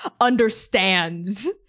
understands